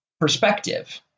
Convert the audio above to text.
perspective